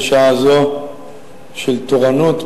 בשעה זו של תורנות,